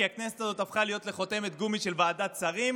כי הכנסת הזאת הפכה להיות לחותמת גומי של ועדת שרים.